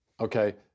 Okay